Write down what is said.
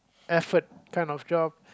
effort kind of job